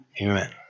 Amen